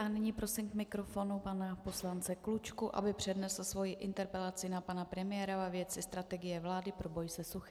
Nyní prosím k mikrofonu pana poslance Klučku, aby přednesl svoji interpelaci na pana premiéra ve věci strategie vlády pro boj se suchem.